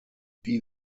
wie